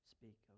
Speak